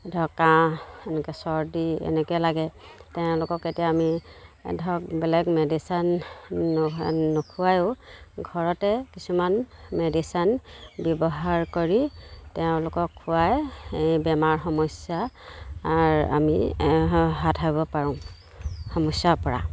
ধৰক কাঁহ এনেকৈ চৰ্দি এনেকৈ লাগে তেওঁলোকক এতিয়া আমি ধৰক বেলেগ মেডিচন নোখোৱায়ও ঘৰতে কিছুমান মেডিচন ব্যৱহাৰ কৰি তেওঁলোকক খুৱাই এই বেমাৰ সমস্যা আমি হাত সাৰিব পাৰোঁ সমস্যাৰপৰা